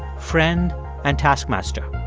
friend and taskmaster.